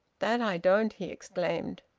that i don't! he exclaimed.